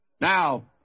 Now